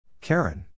Karen